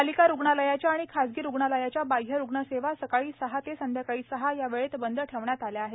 पालिका रुग्णालयाच्या आणि खाजगी रुग्णालयाच्या बाह्यरुग्ण सेवा सकाळी सहा ते संध्याकाळी सहा या वेळेत बंद ठेवण्यात आल्या आहेत